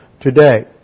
today